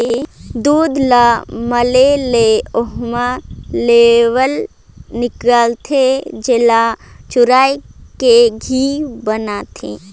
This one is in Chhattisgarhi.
दूद ल मले ले ओम्हे लेवना हिकलथे, जेला चुरायके घींव बनाथे